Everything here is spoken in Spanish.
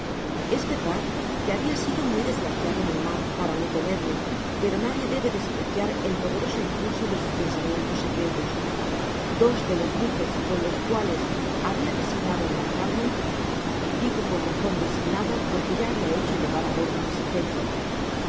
es verdad que habia sido muy desgraciado en el mar para no temerle pero nadie debe despreciar el poderoso impulso de sus pensamientos secretos dos de los buques con los coa les habia designado embarcarme digo con razon designado porque ya habia hecho llevar á bordo mis efectos dos